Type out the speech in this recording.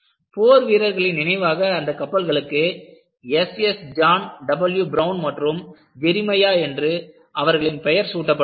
போர் வீரர்களின் நினைவாக அந்த கப்பல்களுக்கு S S John W Brown மற்றும் ஜெரிமையா என்று அவர்களின் பெயர் சூட்டப்பட்டுள்ளது